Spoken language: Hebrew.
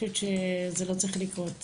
זה לא צריך לקרות